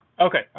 Okay